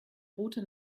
route